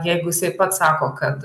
jeigu jisai pats sako kad